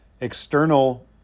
external